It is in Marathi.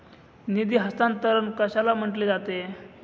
निधी हस्तांतरण कशाला म्हटले जाते?